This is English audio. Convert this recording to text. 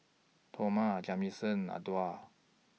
Toma Jamison Adolph